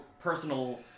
personal